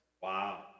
Wow